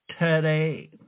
today